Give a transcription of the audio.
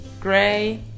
gray